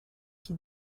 qui